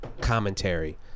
commentary